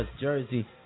jersey